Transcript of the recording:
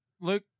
Luke